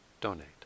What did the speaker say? donate